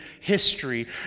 history